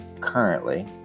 currently